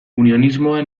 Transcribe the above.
unionismoa